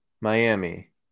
Miami